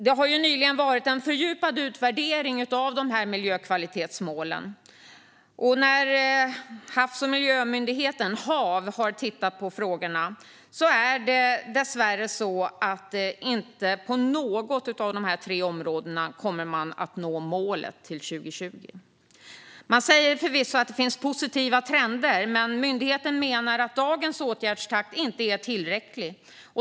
Det har nyligen gjorts en fördjupad utvärdering av dessa miljökvalitetsmål, och enligt Havs och vattenmyndigheten, HaV, kommer vi inte att nå målet på något av dessa tre områden till 2020. Myndigheten säger förvisso att det finns positiva trender men menar att dagens åtgärdstakt inte är tillräcklig.